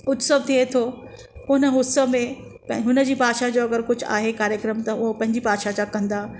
उत्सव थिए थो हुन उत्सव में हुनजी भाषा जो अगरि कुझु आहे कार्यक्रम त हू पंहिंजी भाषा जा कंदा